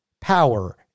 power